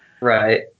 Right